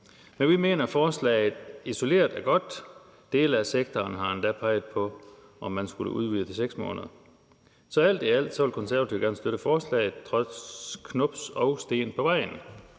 Men vi mener, at lovforslaget isoleret set er godt. Dele af sektoren har endda peget på, om man skulle udvide det til 6 måneder. Så alt i alt vil Konservative gerne støtte forslaget – trods knubs og sten på vejen.